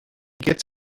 gets